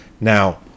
now